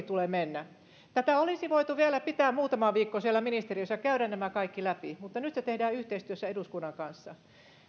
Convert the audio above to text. tulee mennä tätä olisi voitu vielä pitää muutama viikko siellä ministeriössä käydä nämä kaikki läpi mutta nyt se tehdään yhteistyössä eduskunnan kanssa